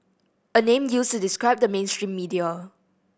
a name used describe the mainstream media